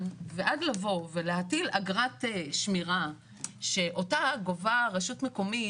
ועד להטיל אגרת שמירה שאותה גובה רשות מקומית,